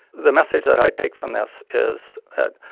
the message that i take from this is that,